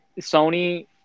Sony